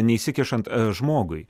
neįsikišant žmogui